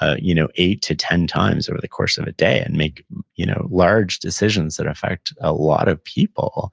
ah you know eight to ten times over the course of a day and make you know large decisions that effect a lot of people,